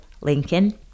Lincoln